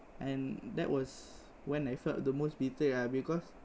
and that was when I felt the most betrayed lah because